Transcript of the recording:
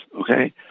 okay